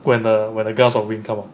when the gust of wind come out